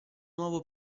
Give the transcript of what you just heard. nuovo